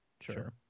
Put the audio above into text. Sure